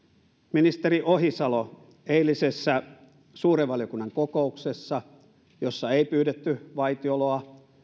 ministeri ohisalo eilisessä suuren valiokunnan kokouksessa jossa ei pyydetty vaitioloa